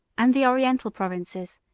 and the oriental provinces,